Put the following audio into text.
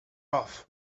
off